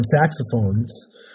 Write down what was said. saxophones